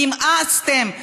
נמאסתם.